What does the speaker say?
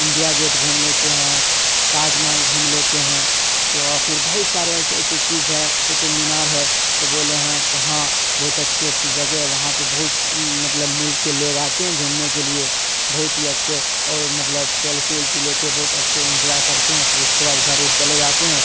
India gate گھوم لیتے ہیں تاج محل گھوم لیتے ہیں تو پھر بہت سارے ایسے ایسے چیز ہیں قطب مینار ہے تو بولے ہیں کہاں بہت اچھی اچھی زگہ ہے وہاں پہ بہت مطلب ملک کے لوگ آتے ہیں گھومنے کے لیے بہت ہی اچھے اور مطلب سیلفی ولفی لیتے ہیں اچھے انجوائے کرتے ہیں تو اس کے بعد گھر ور چلے جاتے ہیں